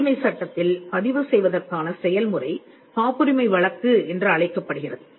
காப்புரிமை சட்டத்தில் பதிவு செய்வதற்கான செயல்முறை காப்புரிமை வழக்கு என்று அழைக்கப்படுகிறது